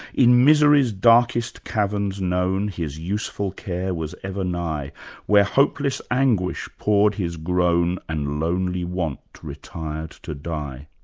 in misery's darkest caverns known his useful care was ever nigh where hopeless anguish poured his groan and lonely want retired to die.